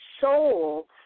soul